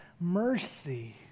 Mercy